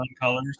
colors